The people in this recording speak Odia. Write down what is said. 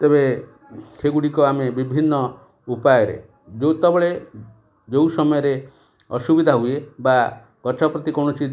ତେବେ ସେଗୁଡ଼ିକ ଆମେ ବିଭିନ୍ନ ଉପାୟରେ ଯେଉଁତବେଳେ ଯେଉଁ ସମୟରେ ଅସୁବିଧା ହୁଏ ବା ଗଛ ପ୍ରତି କୌଣସି